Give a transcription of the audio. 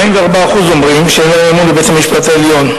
44% אומרים שאין להם אמון בבית-המשפט העליון.